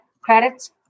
credits